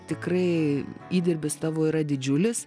tikrai įdirbis tavo yra didžiulis